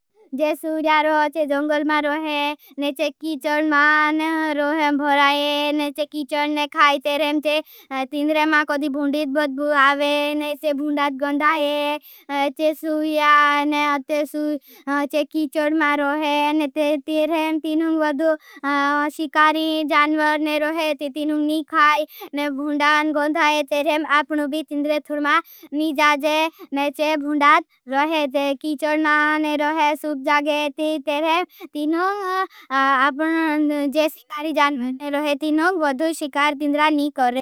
जे सूयारो चे जंगल मा रोहे ने चे। कीचड मा ने रोहे भोराये ने चे कीचड ने खाई। तेरें चे तिंद्रे मा कदी भूंडीत बद्भू आवे ने चे भूंडात गंधाये चे। सूयारो चे कीचड मा रोहे ने तेरें तीरें तीनुंग वदू शिकारी जानवर ने रोहे ती तीनुँग नी खाई। ने भूंडान गंधाये तेरें आपनों भी तिंद्रे थूल मा नीजाजे ने चे भूंडात रोहे। ते कीचड मा ने रोहे सूप्जागे। ती तीरें आपनों जे सीकारी जानवर ने रोहे अगर आपको परतकते हैं। आपको परतकते हैं